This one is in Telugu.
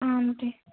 ఉంది